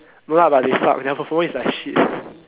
no lah but they suck their performance is like shit